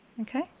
Okay